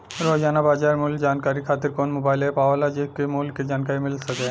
रोजाना बाजार मूल्य जानकारी खातीर कवन मोबाइल ऐप आवेला जेसे के मूल्य क जानकारी मिल सके?